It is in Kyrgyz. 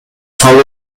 салуу